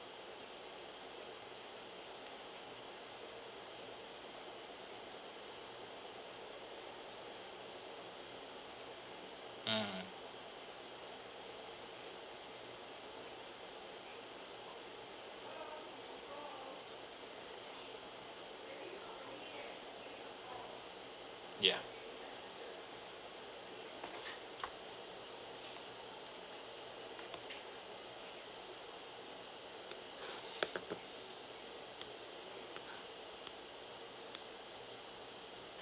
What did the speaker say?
mm ya